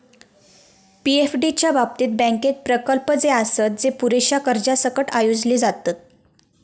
पी.एफडीएफ च्या बाबतीत, बँकेत प्रकल्प जे आसत, जे पुरेशा कर्जासकट आयोजले जातत